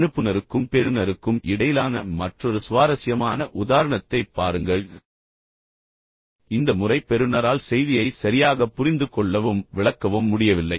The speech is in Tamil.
அனுப்புநருக்கும் பெறுநருக்கும் இடையிலான மற்றொரு சுவாரஸ்யமான உதாரணத்தைப் பாருங்கள் இந்த முறை பெறுநரால் செய்தியை சரியாகப் புரிந்துகொள்ளவும் விளக்கவும் முடியவில்லை